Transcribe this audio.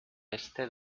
este